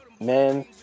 man